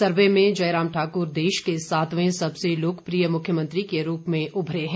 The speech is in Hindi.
सर्वे में जयराम ठाकुर देश के सातवें सबसे लोकप्रिय मुख्यमंत्री के रूप में उभरे हैं